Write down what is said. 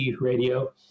radio